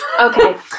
Okay